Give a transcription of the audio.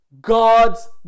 God's